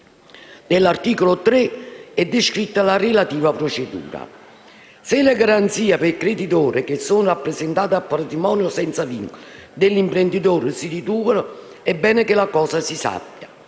Nell'articolo 3 è quindi descritta la relativa procedura. Se le garanzie per il creditore, che sono rappresentate dal patrimonio senza vincoli dell'imprenditore, si riducono, è bene che la cosa si sappia;